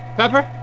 pepper.